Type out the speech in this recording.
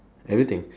everything